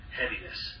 heaviness